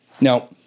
Now